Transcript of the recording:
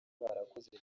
barakoze